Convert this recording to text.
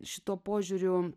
šituo požiūriu